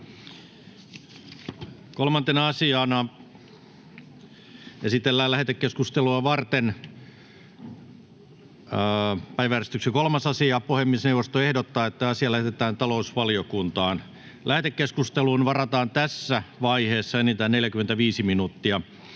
Time: N/A Content: Lähetekeskustelua varten esitellään päiväjärjestyksen 4. asia. Puhemiesneuvosto ehdottaa, että asia lähetetään tarkastusvaliokuntaan. Lähetekeskusteluun varataan tässä vaiheessa enintään 30 minuuttia.